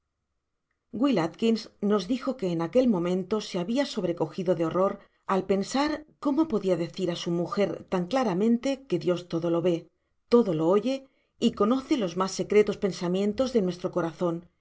will atkins nos dijo que en aquel momento se habia sobrecogido de horror al pensar cómo podia decir á su mujer tan claramente que dios todo lo ve todo lo oye y conoce los mas secretos pensamientos de nuestro corazon